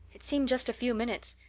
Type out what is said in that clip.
it seemed just a few minutes.